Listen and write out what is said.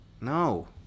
No